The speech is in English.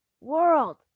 world